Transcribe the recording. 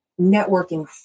networking